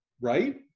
Right